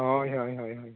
ᱦᱳᱭ ᱦᱳᱭ ᱦᱳᱭ